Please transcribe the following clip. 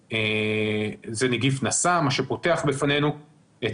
זה נגיף נשא מה שפותח בפנינו את